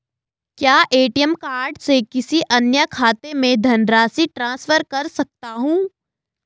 क्या ATM card से किसी अन्य खाते में धनराशि ट्रांसफर कर सकता हूँ?